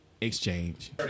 Exchange